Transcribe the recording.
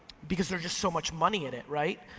because there's just so much money in it, right?